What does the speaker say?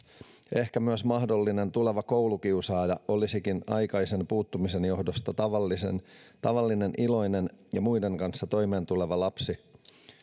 ehkä myös mahdollinen tuleva koulukiusaaja olisikin aikaisen puuttumisen johdosta tavallinen tavallinen iloinen ja muiden kanssa toimeen tuleva lapsi